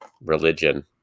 religion